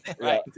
right